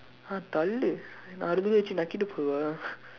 !huh! தள்ளு என்னா அருகில்ல வச்சு நக்கிட்டு போவா:thallu ennaa arukilla vachsu nakkitdu poovaa